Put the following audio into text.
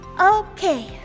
Okay